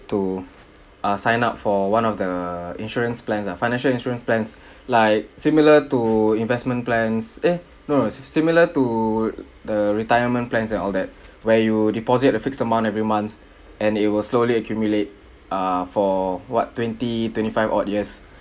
to ah sign up for one of the insurance plans ah financial insurance plans like similar to investment plans eh no si~ similar to the retirement plans and all that where you deposit a fixed amount every month and it will slowly accumulate uh for what twenty twenty five odd years